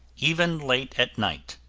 even late at night,